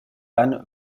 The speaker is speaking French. anne